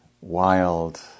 wild